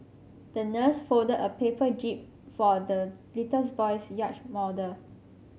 the nurse folded a paper jib for the little boy's yacht model